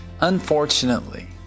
Unfortunately